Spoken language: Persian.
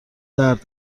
درد